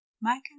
Michael